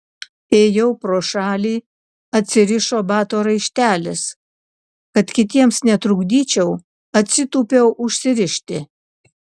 ėjau pro šalį atsirišo bato raištelis kad kitiems netrukdyčiau atsitūpiau užsirišti